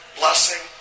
blessing